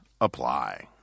apply